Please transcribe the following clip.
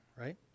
right